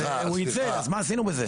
הוא ייצא, אז מה עשינו בזה?